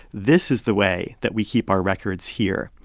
this is the way that we keep our records here.